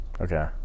Okay